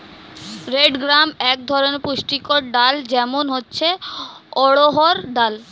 red gram এক ধরনের পুষ্টিকর ডাল, যেমন হচ্ছে অড়হর ডাল